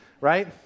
right